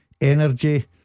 energy